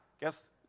guess